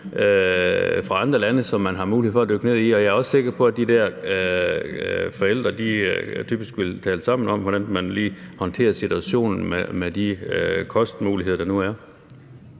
fra andre lande, som man har mulighed for at dykke ned i, og jeg er også sikker på, at de forældre typisk vil tale sammen om, hvordan man håndterer situationen med de kostmuligheder, der nu er.